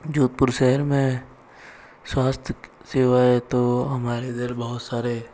जोधपुर शहर में स्वास्थ्य सेवाएं तो हमारे इधर बहुत सारे